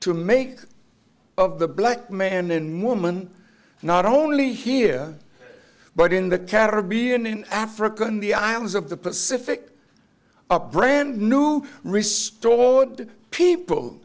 to make of the black man and woman not only here but in the caribbean in africa in the islands of the pacific a brand new rispoli people